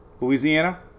Louisiana